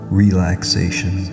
relaxation